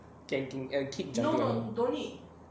ganging and kick jungler